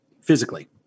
physically